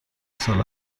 سال